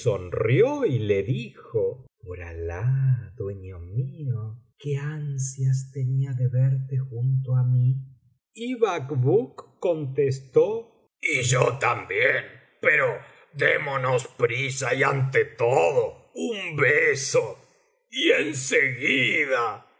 sonrió y le dijo por alah dueño mío qué ansias tenía de verte junto á mí y bacbuk contestó y yo también pero démonos prisa y ante todo un beso y